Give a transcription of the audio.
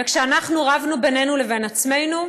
וכשאנחנו רבנו בינינו לבין עצמנו,